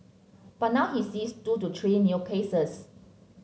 but now he sees two to three new cases